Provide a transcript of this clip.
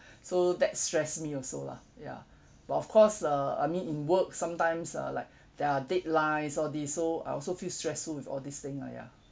so that stress me also lah ya but of course uh I mean in work sometimes uh like there are deadlines all this so I also feel stressful with all this thing lah ya